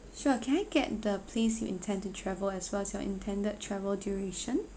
sure can I get the place you intend to travel as well as your intended travel duration